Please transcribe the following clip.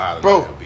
Bro